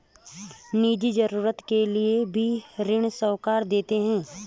निजी जरूरत के लिए भी ऋण साहूकार देते हैं